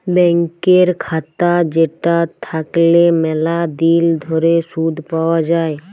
ব্যাংকের খাতা যেটা থাকল্যে ম্যালা দিল ধরে শুধ পাওয়া যায়